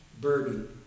burden